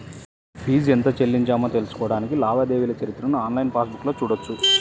fee ఎంత చెల్లించామో తెలుసుకోడానికి లావాదేవీల చరిత్రను ఆన్లైన్ పాస్ బుక్లో చూడొచ్చు